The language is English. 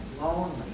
lonely